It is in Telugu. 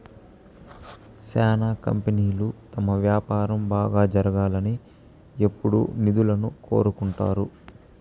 శ్యానా కంపెనీలు తమ వ్యాపారం బాగా జరగాలని ఎప్పుడూ నిధులను కోరుకుంటారు